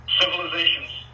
civilizations